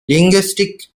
linguistic